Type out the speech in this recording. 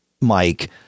Mike